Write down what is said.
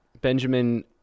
Benjamin